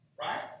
Right